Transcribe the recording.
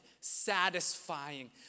satisfying